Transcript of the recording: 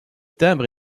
timbre